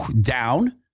Down